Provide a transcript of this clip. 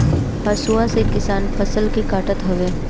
हसुआ से किसान फसल के काटत हवे